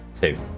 two